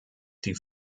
die